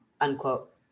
unquote